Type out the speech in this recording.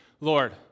Lord